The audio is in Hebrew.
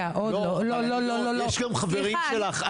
יש גם חברים שלך.